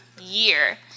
year